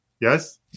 Yes